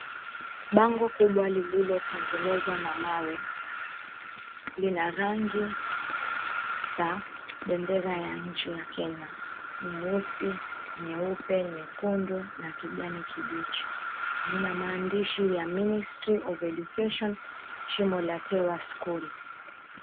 Bango kubwa lililotengenezwa na mawe lina rangi za bendera ya nchi ya Kenya: nyeusi, nyeupe, nyekundu na kijani kibichi. Lina maandishi ya "Ministry of Education, Shimo La Tewa School".